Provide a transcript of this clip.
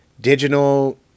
Digital